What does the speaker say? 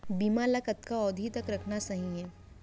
बीमा ल कतना अवधि तक रखना सही हे?